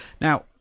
Now